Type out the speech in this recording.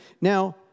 Now